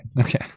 Okay